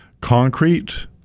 concrete